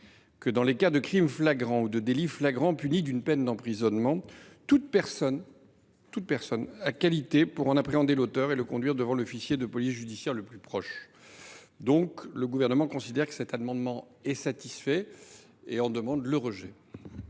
que, « dans les cas de crime flagrant ou de délit flagrant puni d’une peine d’emprisonnement, toute personne a qualité pour en appréhender l’auteur et le conduire devant l’officier de police judiciaire le plus proche ». Le Gouvernement considère donc que cet amendement est satisfait et en demande le rejet.